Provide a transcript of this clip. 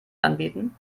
anbieten